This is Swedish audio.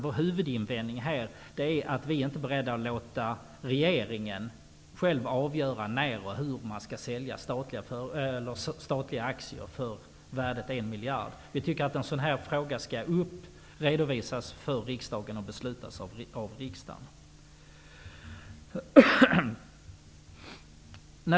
Vår huvudinvändning är här att vi inte är beredda att låta regeringen själv avgöra när och hur man skall sälja statliga aktier för ett värde av 1 miljard. Vi anser att en sådan fråga skall redovisas för riksdagen och beslutas av riksdagen.